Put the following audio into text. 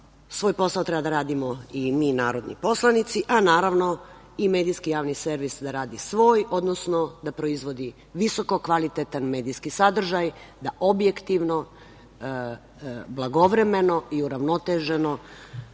Svoj posao treba da radimo i mi narodni poslanici, a naravno i medijski javni servis da radi svoj, odnosno da proizvodi visoko kvalitetan medijski sadržaj, da objektivno, blagovremeno i uravnoteženo